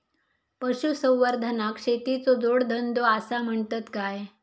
पशुसंवर्धनाक शेतीचो जोडधंदो आसा म्हणतत काय?